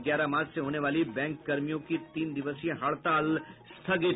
और ग्यारह मार्च से होने वाली बैंक कर्मियों की तीन दिवसीय हड़ताल स्थगित